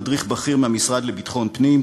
מדריך בכיר מהמשרד לביטחון פנים,